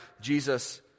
Jesus